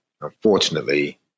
unfortunately